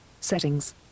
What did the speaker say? Settings